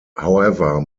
however